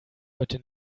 heute